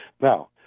now